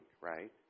right